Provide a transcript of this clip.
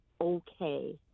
okay